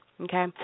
okay